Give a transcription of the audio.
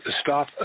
stop